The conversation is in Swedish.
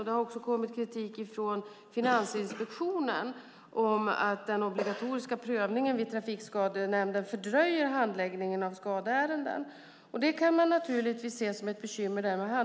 Det har också kommit kritik från Finansinspektionen om att den obligatoriska prövningen i Trafikskadenämnden fördröjer handläggningen av skadeärenden. Detta med handläggningstiderna kan man naturligtvis se som ett bekymmer.